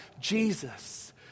Jesus